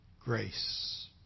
grace